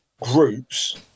groups